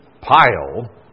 pile